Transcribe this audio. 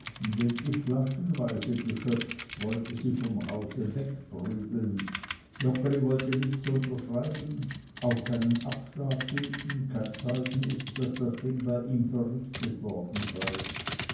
endlich flaschenweise geschöpft wollte sie vom hause wegprügeln joggeli wollte nichts unterschreiben auch keinen abschlag geben kein zeugnis daß das ding bei ihm verrichtet worden sei